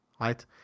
right